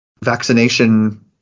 vaccination